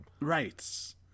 Right